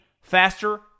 faster